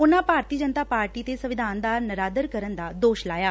ਉਨਾਂ ਭਾਰਤੀ ਜਨਤਾ ਪਾਰਟੀ ਤੇ ਸੰਵਿਧਾਨ ਦਾ ਨਰਾਦਰ ਕਰਨ ਦਾ ਦੋਸ਼ ਲਾਇਆ